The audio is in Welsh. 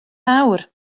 mawr